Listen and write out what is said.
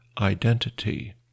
identity